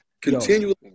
continually